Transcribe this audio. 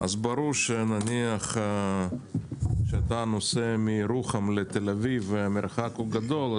ברור שכשאתה נוסע מירוחם לתל אביב והמרחק גדול,